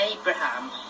Abraham